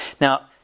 Now